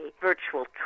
virtual